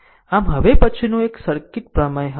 આમ હવે પછીનું એક સર્કિટ પ્રમેય હશે